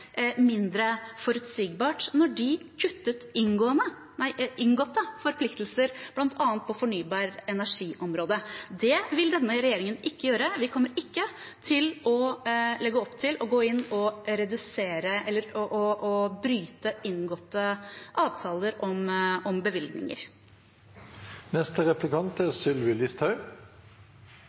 mindre forutsigbart når de kuttet inngåtte forpliktelser, bl.a. på fornybar energi-området. Det vil ikke denne regjeringen gjøre. Vi kommer ikke til å legge opp til å bryte inngåtte avtaler om